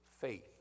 faith